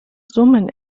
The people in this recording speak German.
summen